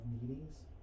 meetings